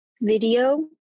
video